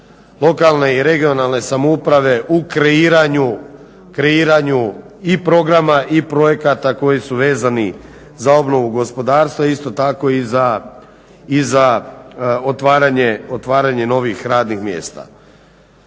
lokalne i regionalne samouprave u kreiranju i programa i projekata koji su vezani za obnovu gospodarstva isto tako i za otvaranje novih radnih mjesta.